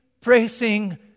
praising